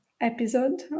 episode